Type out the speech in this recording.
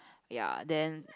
ya then